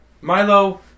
Milo